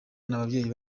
n’ababyeyi